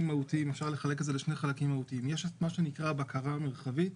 מהותיים: יש את מה שנקרא בקרה מרחבית,